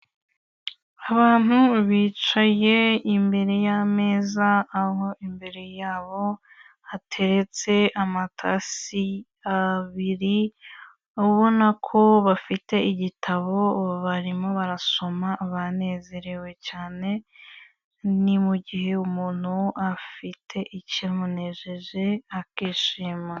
Abantu bicaye imbere y'ameza aho imbere yabo hateretse amatasi abiri, ubona ko bafite igitabo barimu barasoma banezerewe cyane, ni mu gihe umuntu afite ikimunejeje akishima.